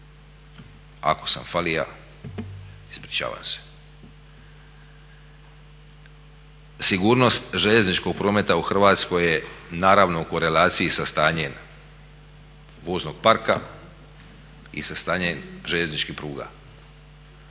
Ako sam falia ispričavam se. Sigurnost željezničkog prometa u Hrvatskoj je naravno u korelaciji sa stanjem voznog parka i sa stanjem željezničkih pruga.